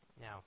Now